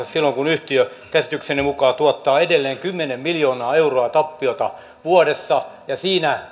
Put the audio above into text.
yhtiö käsitykseni mukaan tuottaa edelleen kymmenen miljoonaa euroa tappiota vuodessa ja siinä